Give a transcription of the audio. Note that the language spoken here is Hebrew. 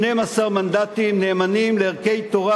12 מנדטים נאמנים לערכי תורה,